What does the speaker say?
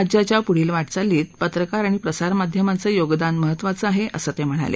राज्याच्या पुढील वाटचालीत पत्रकार आणि प्रसार माध्यमांचं योगदान महत्त्वाचं आहे असं ते म्हणाले